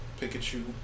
Pikachu